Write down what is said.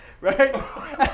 right